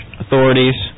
authorities